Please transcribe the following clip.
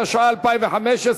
התשע"ה 2015,